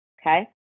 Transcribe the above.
okay